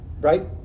right